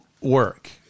work